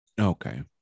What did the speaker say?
Okay